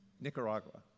Nicaragua